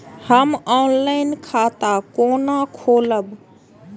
हम ऑनलाइन खाता केना खोलैब?